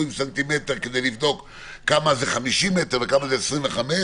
עם סנטימטר כדי לבדוק כמה זה 50 מ"ר וכמה זה 25,